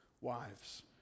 wives